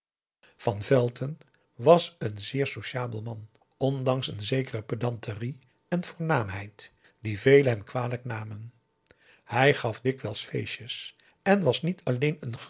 van velton was een zeer sociabel man ondanks een zekere pedanterie en voornaamheid die velen hem kwalijk namen hij gaf dikwijls feestjes en was niet alleen een